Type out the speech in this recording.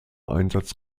einsatz